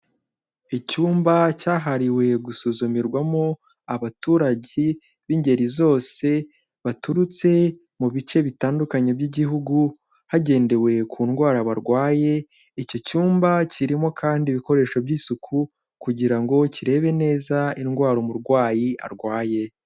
Icyumba cyahariwe gusuzumirwamo abaturage b'ingeri zose, baturutse mu bice bitandukanye by'Igihugu, hagendewe ku ndwara barwaye, icyo cyumba kirimo kandi ibikoresho by'isuku kugira ngo kirebe neza indwara umurwayi arwaye.